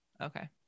Okay